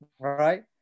right